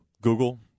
google